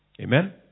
Amen